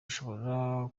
ushobora